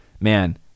Man